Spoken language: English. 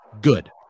good